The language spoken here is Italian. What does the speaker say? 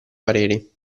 pareri